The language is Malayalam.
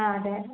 ആ അതെയതെ